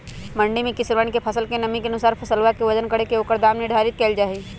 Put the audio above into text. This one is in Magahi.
मंडी में किसनवन के फसल के नमी के अनुसार फसलवा के वजन करके ओकर दाम निर्धारित कइल जाहई